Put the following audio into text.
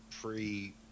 pre-